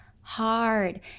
hard